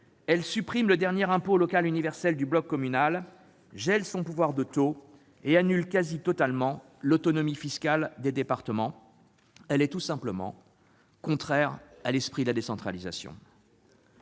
elle supprime le dernier impôt local universel du bloc communal, gèle le pouvoir de taux de celui-ci et annule presque totalement l'autonomie fiscale des départements. Bref, elle est contraire à l'esprit de la décentralisation